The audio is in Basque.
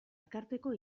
elkarteko